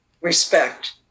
respect